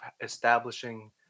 establishing –